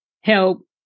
help